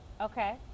Okay